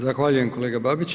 Zahvaljujem kolega Babić.